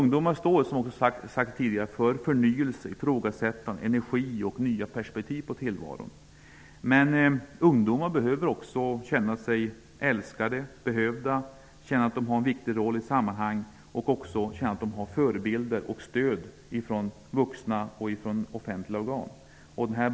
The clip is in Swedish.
Ungdomar står, som här tidigare har sagts, för förnyelse, ifrågasättande, energi och nya perspektiv på tillvaron. Men ungdomar behöver också känna sig älskade och behövda och känna att de har en viktig roll i olika sammanhang liksom att de har stöd från offentliga organ och att de kan ha vuxna som förebilder.